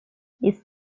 this